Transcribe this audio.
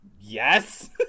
Yes